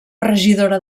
regidora